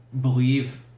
believe